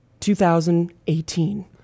2018